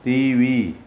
TV